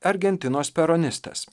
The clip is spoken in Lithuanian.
argentinos peronistas